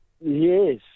Yes